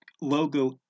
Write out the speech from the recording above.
logo